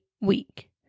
week